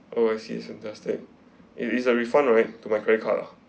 oh I see it's fantastic it is a refund right to my credit card ah